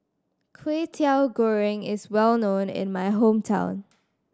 Kway Teow Goreng is well known in my hometown